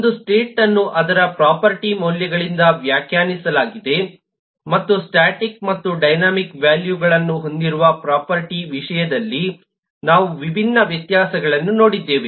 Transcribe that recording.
ಒಂದು ಸ್ಟೇಟ್ ಅನ್ನು ಅದರ ಪ್ರೊಫರ್ಟಿಗಳ ಮೌಲ್ಯಗಳಿಂದ ವ್ಯಾಖ್ಯಾನಿಸಲಾಗಿದೆ ಮತ್ತು ಸ್ಟಾಟಿಕ್ ಮತ್ತು ಡೈನಾಮಿಕ್ ವ್ಯಾಲ್ಯೂಗಳನ್ನು ಹೊಂದಿರುವ ಪ್ರೊಫರ್ಟಿಯ ವಿಷಯದಲ್ಲಿ ನಾವು ವಿಭಿನ್ನ ವ್ಯತ್ಯಾಸಗಳನ್ನು ನೋಡಿದ್ದೇವೆ